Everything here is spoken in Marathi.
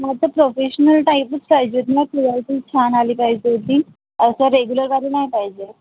मला ते प्रोफेशनल टाईपच पाहिजेत ना क्लियारिटी छान आली पाहिजे ती असं रेग्युलरवाली नाही पाहिजे